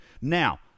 now